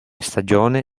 stagione